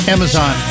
Amazon